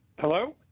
Hello